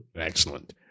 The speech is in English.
excellent